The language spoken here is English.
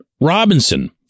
Robinson